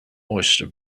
oyster